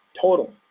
total